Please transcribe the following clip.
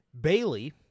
Bailey